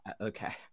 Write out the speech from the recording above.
okay